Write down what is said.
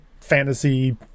fantasy